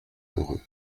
heureuse